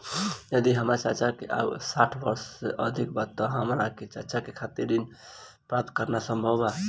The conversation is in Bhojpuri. यदि हमार चाचा के आयु साठ वर्ष से अधिक बा त का हमार चाचा के खातिर ऋण प्राप्त करना संभव बा?